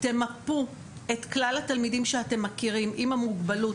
תמפו את כלל התלמידים שאתם מכירים עם המוגבלות